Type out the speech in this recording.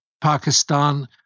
Pakistan